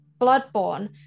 Bloodborne